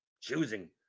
choosing